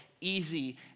easy